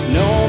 no